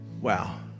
Wow